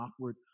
awkward